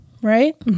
Right